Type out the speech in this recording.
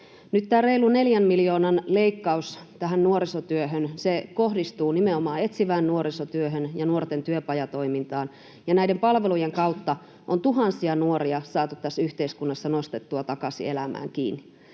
Nyt tämä reilun neljän miljoonan leikkaus nuorisotyöhön kohdistuu nimenomaan etsivään nuorisotyöhön ja nuorten työpajatoimintaan, ja näiden palvelujen kautta on tuhansia nuoria saatu tässä yhteiskunnassa nostettua takaisin elämään kiinni.